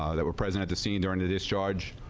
ah that were present at the scene during the discharge.